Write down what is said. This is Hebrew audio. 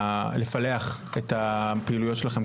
לפלח את הפעילויות שלכם,